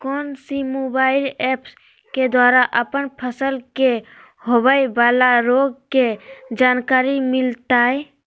कौन सी mobile app के द्वारा अपन फसल के होबे बाला रोग के जानकारी मिलताय?